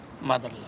mother